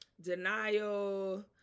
denial